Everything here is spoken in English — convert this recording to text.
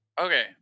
Okay